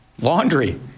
laundry